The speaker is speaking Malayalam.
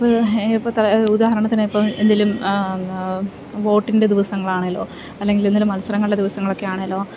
ഇപ്പോൾ ഇപ്പോൾ ത ഉദാഹരണത്തിന് ഇപ്പോൾ എന്തേലും വോട്ടിൻ്റെ ദിവസങ്ങളാണേലോ അല്ലെങ്കിൽ എന്തേലും മത്സരങ്ങളുടെ ദിവസങ്ങളൊക്കെ ആണേലോ